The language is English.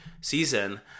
season